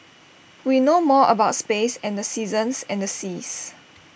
we know more about space and the seasons and the seas